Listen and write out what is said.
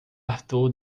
arthur